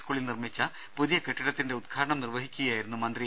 സ്കൂളിൽ നിർമ്മിച്ച പുതിയ കെട്ടിടത്തിന്റെ ഉദ്ഘാടനം നിർവഹിക്കുകയായിരുന്നു മന്ത്രി